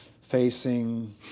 facing